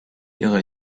ihrer